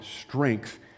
strength